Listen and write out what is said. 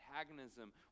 antagonism